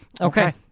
Okay